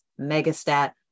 megastat